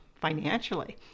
financially